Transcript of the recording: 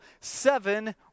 seven